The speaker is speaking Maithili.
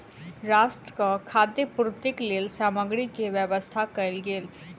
राष्ट्रक खाद्य पूर्तिक लेल सामग्री के व्यवस्था कयल गेल